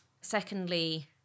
Secondly